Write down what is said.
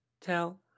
tell